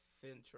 central